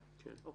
כן.